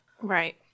Right